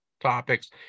topics